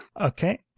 Okay